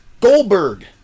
Goldberg